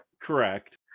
correct